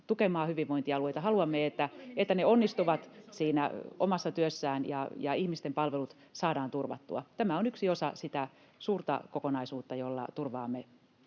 Kiurun välihuuto] Haluamme, että ne onnistuvat siinä omassa työssään ja ihmisten palvelut saadaan turvattua. Tämä on yksi osa sitä suurta kokonaisuutta, jolla turvaamme